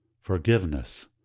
forgiveness